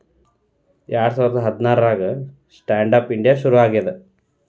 ಎರಡ ಸಾವಿರ ಹದ್ನಾರಾಗ ಸ್ಟ್ಯಾಂಡ್ ಆಪ್ ಇಂಡಿಯಾ ಶುರು ಆಗ್ಯಾದ